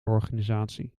organisatie